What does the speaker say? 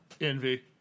envy